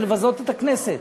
זה לבזות את הכנסת,